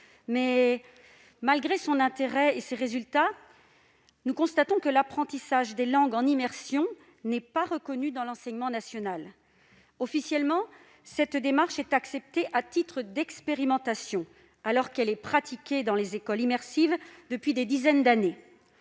Malgré son intérêt et ses résultats, nous constatons que l'apprentissage des langues en immersion n'est pas reconnu dans l'enseignement national. Officiellement, cette démarche est acceptée à titre d'expérimentation, alors qu'elle est pratiquée dans les écoles immersives depuis des dizaines d'années.